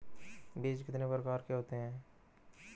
बीज कितने प्रकार के होते हैं?